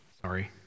Sorry